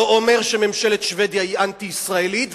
לא אומר שממשלת שבדיה היא אנטי-ישראלית,